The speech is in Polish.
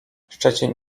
szczecin